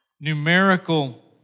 numerical